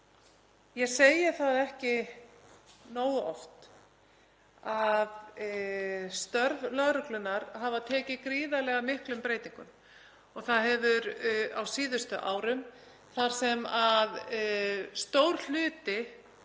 Ég segi það ekki nógu oft að störf lögreglunnar hafa tekið gríðarlega miklum breytingum á síðustu árum þar sem stór hluti